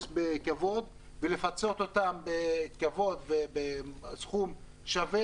לכבוד ולפצות אותם בכבוד ובזכות שווה